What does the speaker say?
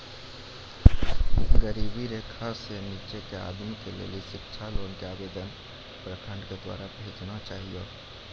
गरीबी रेखा से नीचे के आदमी के लेली शिक्षा लोन के आवेदन प्रखंड के द्वारा भेजना चाहियौ?